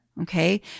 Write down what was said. okay